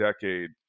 decade